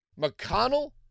McConnell